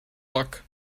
luck